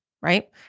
right